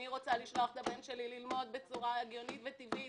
אני רוצה לשלוח את הבן שלי ללמוד בצורה הגיונית וטבעית.